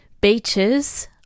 Beaches